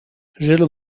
zullen